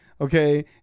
Okay